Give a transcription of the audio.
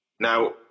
Now